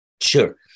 Sure